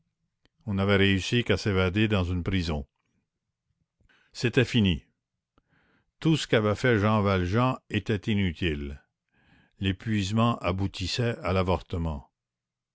on n'avait réussi qu'à s'évader dans une prison c'était fini tout ce qu'avait fait jean valjean était inutile l'épuisement aboutissait à l'avortement